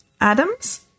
Atoms